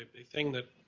ah a thing that